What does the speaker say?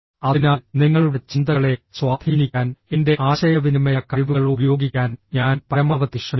അതിനാൽ നിങ്ങളുടെ ചിന്തകളെ സ്വാധീനിക്കാൻ എന്റെ ആശയവിനിമയ കഴിവുകൾ ഉപയോഗിക്കാൻ ഞാൻ പരമാവധി ശ്രമിക്കുന്നു